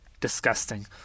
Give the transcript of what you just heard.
disgusting